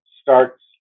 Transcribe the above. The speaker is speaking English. starts